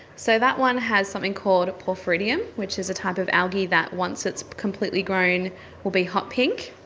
so that one has something called porphyridium, which is a type of algae that once it's completely grown will be hot pink.